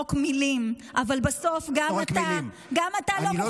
לזרוק מילים, אבל בסוף גם אתה לא מוכן